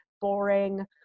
boring